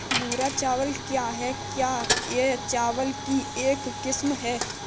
भूरा चावल क्या है? क्या यह चावल की एक किस्म है?